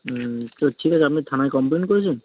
হুম আচ্ছা ঠিক আছে আপনি থানায় কমপ্লেন করেছেন